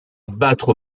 battre